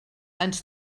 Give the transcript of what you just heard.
ens